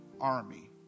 army